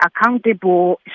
accountable